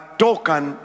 token